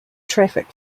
traffic